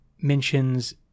mentions